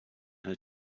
her